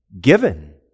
given